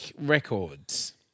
Records